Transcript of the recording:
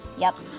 yep.